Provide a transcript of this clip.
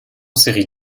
séries